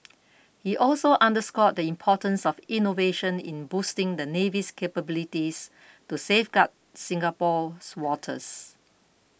he also underscored the importance of innovation in boosting the navy's capabilities to safeguard Singapore's waters